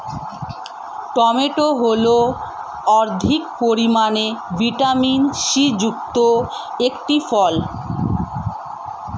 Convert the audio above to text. tomato হল অধিক পরিমাণে ভিটামিন সি যুক্ত একটি ফল